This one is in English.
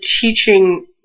teaching